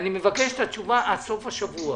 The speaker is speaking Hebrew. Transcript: אני מבקש את התשובה עד סוף השבוע.